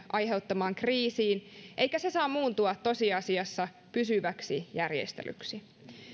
aiheuttamaan kriisiin eikä se saa muuntua tosiasiassa pysyväksi järjestelyksi